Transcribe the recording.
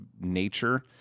nature